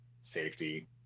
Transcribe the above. safety